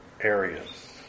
areas